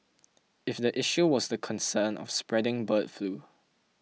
if the issue was the concern of spreading bird flu